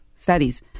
Studies